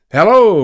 Hello